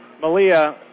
Malia